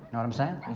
know what i'm sayin'?